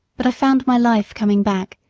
but i found my life coming back,